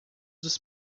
dos